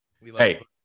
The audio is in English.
Hey